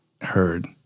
heard